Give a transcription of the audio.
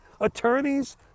attorneys